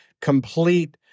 complete